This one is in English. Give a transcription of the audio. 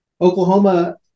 Oklahoma